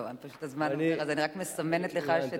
פשוט הזמן עובר, אז אני רק מסמנת לך.